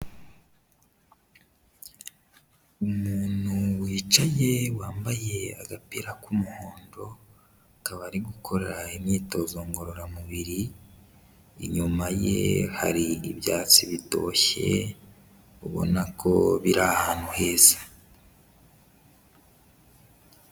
Umuntu wicaye wambaye agapira k'umuhondo, akaba ari gukora imyitozo ngororamubiri, inyuma ye hari ibyatsi bitoshye ubona ko biri ahantu heza.